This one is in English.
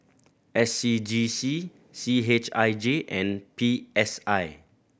S C G C C H I J and P S I